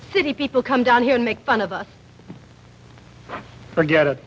city people come down here and make fun of us forget it